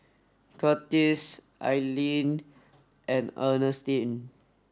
Curtis Alleen and Earnestine